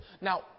Now